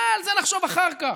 אה, על זה נחשוב אחר כך.